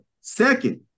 Second